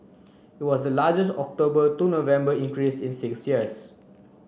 it was the largest October to November increase in six years